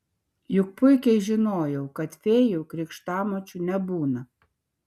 juk puikiai žinojau kad fėjų krikštamočių nebūna